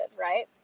right